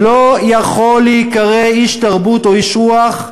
לא יכול להיקרא איש תרבות או איש רוח,